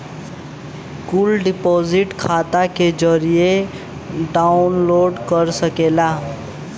कुल डिपोसिट खाता क जानकारी डाउनलोड कर सकेला